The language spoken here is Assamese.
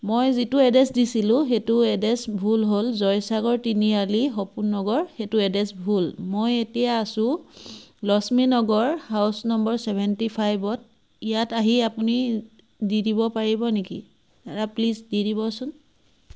মই যিটো এড্ৰেছ দিছিলোঁ সেইটো এড্ৰেছ ভুল হ'ল জয়সাগৰ তিনিআলি সপোন নগৰ সেইটো এড্ৰেছ ভুল মই এতিয়া আছোঁ Lakshmi Nagar house number seventy ফাইভত ইয়াত আহি আপুনি দি দিব পাৰিব নেকি দাদা প্লিজ দি দিবচোন